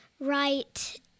right